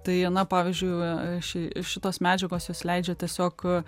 tai na pavyzdžiui ši šitos medžiagos jos leidžia tiesiog